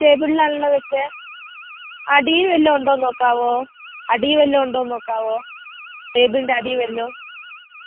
ടേബിളിലാണല്ലോ വെച്ചത് അടിയിൽ വല്ലതും ഉണ്ടോ എന്ന് നോക്കാമോ അടിയിൽ വല്ലതും ഉണ്ടോ എന്ന് നോക്കാമോ ടേബിള്ന്റ അടിയിൽ വല്ലതും